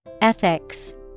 Ethics